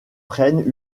prennent